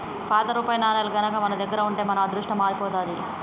పాత రూపాయి నాణేలు గనక మన దగ్గర ఉంటే మన అదృష్టం మారిపోతాది